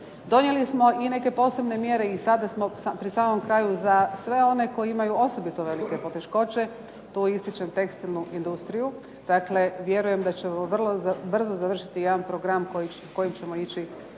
Donijeli smo i neke posebne mjere i sada smo pri samom kraju, za sve oni koji imaju osobito velike poteškoće, tu ističem tekstilnu industriju. Dakle, vjerujem da ćemo vrlo brzo završiti jedan program kojim ćemo ići